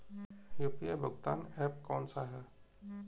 UPI भुगतान app कौन सा है?